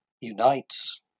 unites